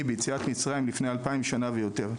ביציאת מצרים לפני אלפיים שנה ויותר,